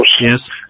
yes